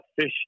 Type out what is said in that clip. fish